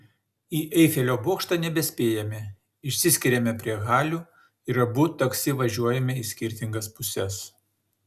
į eifelio bokštą nebespėjame išsiskiriame prie halių ir abu taksi važiuojame į skirtingas puses